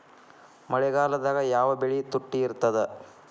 ಮಳೆಗಾಲದಾಗ ಯಾವ ಬೆಳಿ ತುಟ್ಟಿ ಇರ್ತದ?